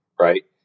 right